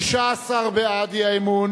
רע"ם-תע"ל חד"ש בל"ד להביע אי-אמון